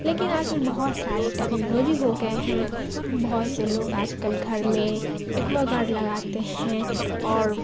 لیکن آج کل بہت سارے ٹیکنالوجی ہو گئے ہیں بہت سے لوگ آج کل گھر میں ایکوا گارڈ لگاتے ہیں اور